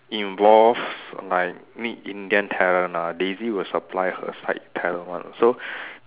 involves like meet Indian talent ah Daisy will supply her side talent one so